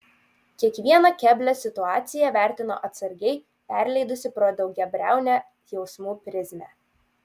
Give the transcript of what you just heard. kiekvieną keblią situaciją vertino atsargiai perleidusi pro daugiabriaunę jausmų prizmę